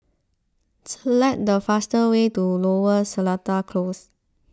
select the fastest way to Lower Seletar Close